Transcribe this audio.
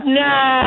no